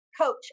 coach